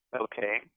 okay